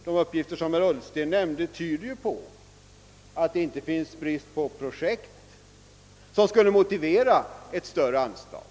De uppgifter som herr Ullsten nämnde tyder ju på att det inte föreligger någon brist på projekt som kan motivera ett större anslag.